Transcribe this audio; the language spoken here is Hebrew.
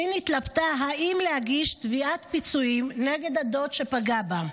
ש' התלבטה אם להגיש תביעת פיצויים נגד הדוד שפגע בה.